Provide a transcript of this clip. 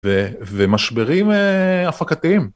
‫ומשברים הפקתיים.